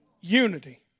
Unity